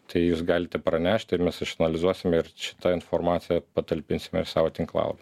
tai jūs galite pranešti ir mes išanalizuosime ir šitą informaciją patalpinsime ir savo tinklala